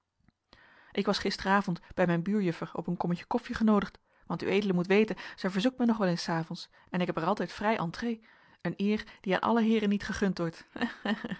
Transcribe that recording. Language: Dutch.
ik was gisteravond bij mijn buurjuffer op een kommetje koffie genoodigd want ued moet weten zij verzoekt mij nog wel eens s avonds en ik heb er altijd vrij entrée een eer die aan alle heeren niet gegund wordt